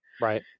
right